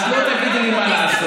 את לא תגידי לי מה לעשות